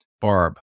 Barb